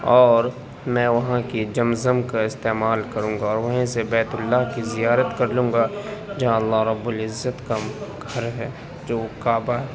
اور میں وہاں کی زم زم کا استعمال کروں گا اور وہیں سے بیت اللہ کی زیارت کر لوں گا جہاں اللہ رب العزت کا گھر ہے جو کعبہ ہے